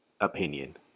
opinion